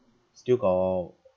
still got